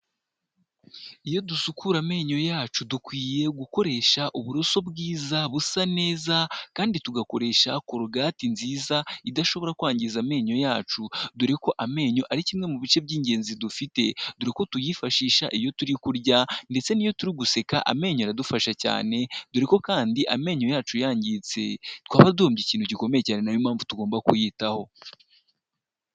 Iyo dusukura amenyo yacu dukwiye gukoresha uburoso bwiza, busa neza, kandi tugakoresha corogati nziza idashobora kwangiza amenyo yacu, dore ko amenyo ari kimwe mu bice by'ingenzi dufite, dore ko tuyifashisha iyo turi kurya, ndetse n'iyo turi guseka amenyo aradufasha cyane, dore ko kandi amenyo yacu yangiritse twaba duhombye ikintu gikomeye cyane ninayo mpamvu tugomba kuyitaho.